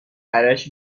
برایش